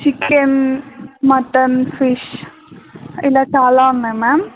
chicken mutton fish ఇలా చాలా ఉన్నాయి మా్యామ్